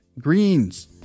greens